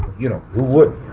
you know, who would?